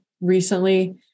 recently